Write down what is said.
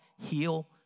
heal